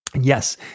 Yes